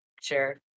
sure